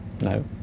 no